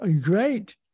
Great